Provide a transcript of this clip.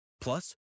Plus